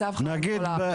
הצו חל על כל הארץ.